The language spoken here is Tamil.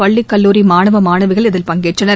பள்ளி கல்லூரி மாணவ மாணவிகள் இதில் பங்கேற்றனர்